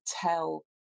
tell